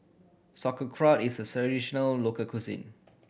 sauerkraut is a local cuisine